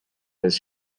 his